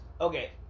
Okay